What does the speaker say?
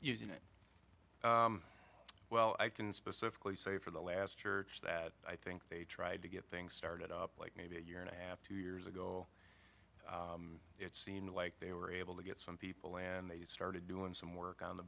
using it well i can specifically say for the last church that i think they tried to get things started up like maybe a year and a half two years ago it seemed like they were able to get some people and they started doing some work on the